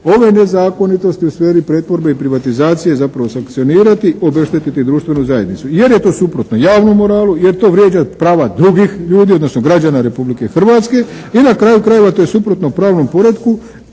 ove nezakonitosti u sferi pretvorbe i privatizacije zapravo sankcionirati, obeštetiti društvenu zajednicu jer je to suprotno javnom moralu, jer to vrijeđa prava drugih ljudi odnosno građana Republike Hrvatske. I na kraju krajeva, to je suprotno pravnom poretku